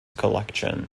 collection